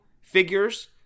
figures